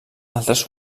altres